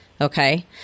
Okay